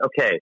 okay